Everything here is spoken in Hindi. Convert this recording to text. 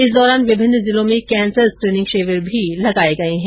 इस दौरान विभिन्न जिलों में कैंसर स्क्रीनिंग शिविर भी लगाए गए है